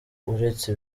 uretse